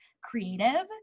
creative